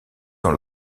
dans